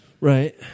Right